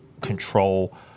control